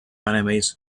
enemies